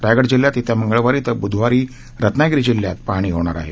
रायगड जिल्ह्यात येत्या मंगळवारी तर बुधवारी रत्नागिरी जिल्ह्यात पाहणी होणार आहे